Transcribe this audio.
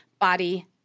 body